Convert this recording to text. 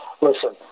Listen